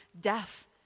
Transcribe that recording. death